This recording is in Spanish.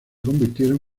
convirtieron